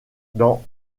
dans